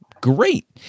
Great